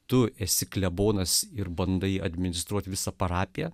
tu esi klebonas ir bandai administruoti visą parapiją